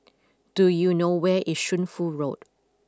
do you know where is Shunfu Road